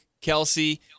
Kelsey